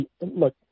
look